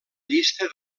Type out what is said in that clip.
llista